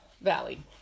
Valley